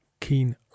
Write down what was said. keen